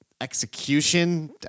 execution